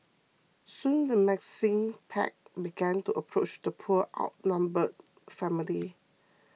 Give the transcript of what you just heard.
soon the menacing pack began to approach the poor outnumbered family